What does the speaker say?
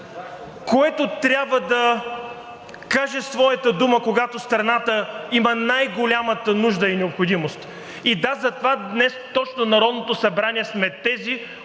което трябва да каже своята дума, когато страната има най-голямата нужда и необходимост. И да, затова днес точно Народното събрание сме тези,